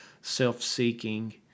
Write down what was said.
self-seeking